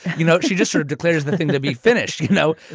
you know, she just sort of declares the thing to be finished, you know?